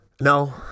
No